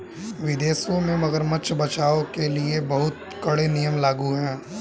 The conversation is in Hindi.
विदेशों में मगरमच्छ बचाओ के लिए बहुत कड़े नियम लागू हैं